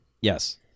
Yes